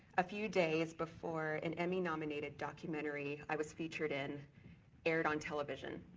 a few days before an emmy nominated documentary i was featured in aired on television,